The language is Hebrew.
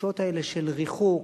התחושות האלה של ריחוק,